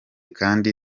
kandi